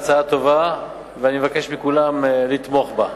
ההצעה טובה ואני מבקש מכולם לתמוך בה.